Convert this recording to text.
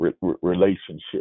relationship